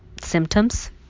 symptoms